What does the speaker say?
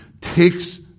takes